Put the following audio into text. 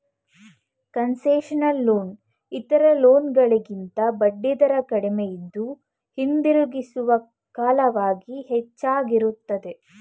concessional loan ಇತರ loan ಗಳಿಗಿಂತ ಬಡ್ಡಿದರ ಕಡಿಮೆಯಿದ್ದು, ಹಿಂದಿರುಗಿಸುವ ಕಾಲವಾಗಿ ಹೆಚ್ಚಾಗಿರುತ್ತದೆ